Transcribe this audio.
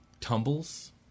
tumbles